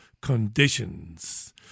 conditions